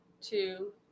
two